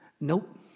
Nope